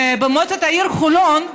במועצת העיר חולון,